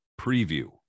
preview